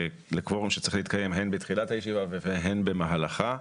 לקוורום שצריך להתקיים הן בתחילת הישיבה והן במהלכה.